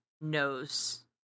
knows